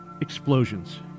explosions